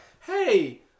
hey